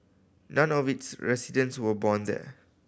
none of its residents were born there